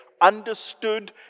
understood